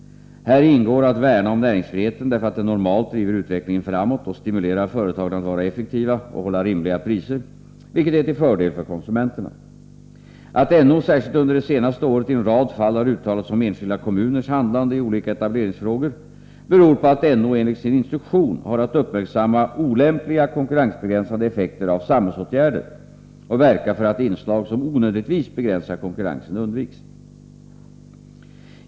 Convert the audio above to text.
Häri ingår att värna om näringsfriheten därför att den normalt driver utvecklingen framåt och stimulerar företagen att vara effektiva och hålla rimliga priser, vilket är till fördel för konsumenterna. Att NO särskilt under det senaste året i en rad fall har uttalat sig om enskilda kommuners handlande i olika etableringsfrågor beror på att NO enligt sin instruktion har att uppmärksamma olämpliga konkurrensbegränsande effekter av samhällsåtgärder och verka för att inslag som onödigtvis begränsar konkurrensen undviks.